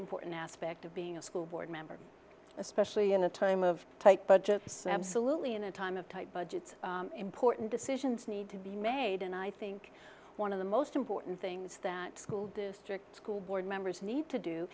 important aspect of being a school board member especially in a time of tight budgets and absolutely in a time of tight budgets important decisions need to be made and i think one of the most important things that school district school board members need to do